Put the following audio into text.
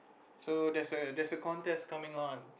so there's a there's a contest coming on